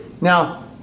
Now